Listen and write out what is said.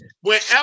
wherever